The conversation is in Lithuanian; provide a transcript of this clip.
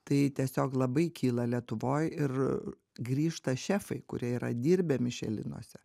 tai tiesiog labai kyla lietuvoj ir grįžta šefai kurie yra dirbę mišelinuose